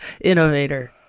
Innovator